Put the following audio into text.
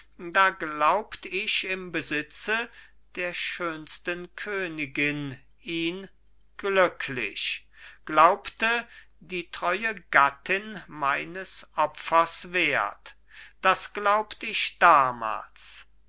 da glaubt ich im besitze der schönsten königin ihn glücklich glaubte die treue gattin meines opfers wert das glaubt ich damals